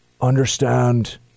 understand